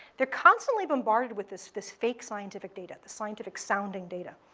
they're constantly bombarded with this this fake scientific data, this scientific-sounding data.